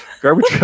garbage